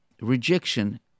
rejection